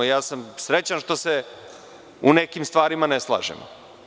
Ja sam srećan što se u nekim stvarima ne slažemo.